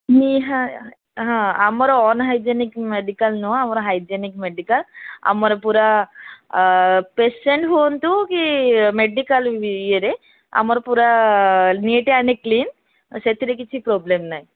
ନିହା ହଁ ଆମର unhygienic medical ନୁହଁ ଆମର ହାଇଜେନିକ୍ ମେଡ଼ିକାଲ ଆମର ପୁରା ପେସେଣ୍ଟ ହୁଅନ୍ତୁ କି ମେଡ଼଼ିକାଲ ଇଏରେ ଆମର ପୁରା ନିଟ୍ ଆଣ୍ଡ କ୍ଲିନ୍ ସେଥିରେ କିଛି ପ୍ରୋବ୍ଲେମ ନାହିଁ